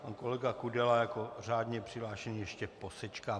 Pan kolega Kudela jako řádně přihlášený ještě posečká.